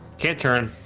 can't turn